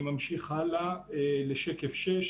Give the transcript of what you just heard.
ארגון הסחר העולמי.) אני ממשיך הלאה לשקף מס' 6